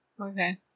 okay